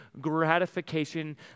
gratification